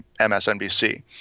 MSNBC